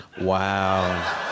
wow